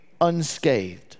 unscathed